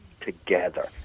together